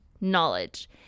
knowledge